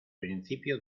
principio